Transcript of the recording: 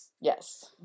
Yes